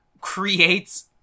creates